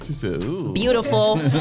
Beautiful